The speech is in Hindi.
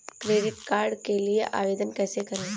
क्रेडिट कार्ड के लिए आवेदन कैसे करें?